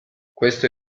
questo